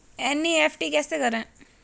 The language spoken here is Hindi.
एन.ई.एफ.टी कैसे करें?